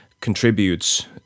contributes